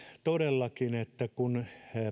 todellakin että kun